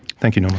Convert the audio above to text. thank you norman.